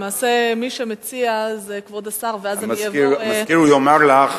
למעשה, מי שמציע זה כבוד השר, ואז, המזכיר יאמר לך